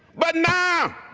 but now.